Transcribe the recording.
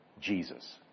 Jesus